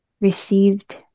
received